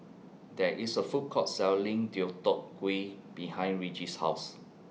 There IS A Food Court Selling Deodeok Gui behind Regis' House